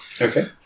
Okay